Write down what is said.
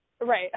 right